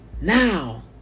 now